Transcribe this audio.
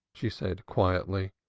she said quietly.